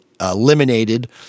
eliminated